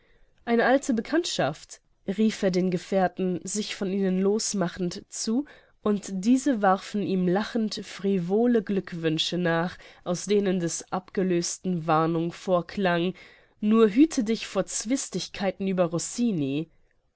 eine alte bekanntschaft rief er den gefährten sich von ihnen los machend zu und diese warfen ihm lachend frivole glückwünsche nach aus denen des abgelösten warnung vorklang nur hüte dich vor zwistigkeiten über rossini